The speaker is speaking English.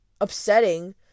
upsetting